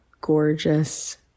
gorgeous